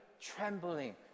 trembling